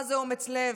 מה זה אומץ לב,